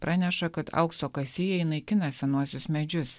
praneša kad aukso kasėjai naikina senuosius medžius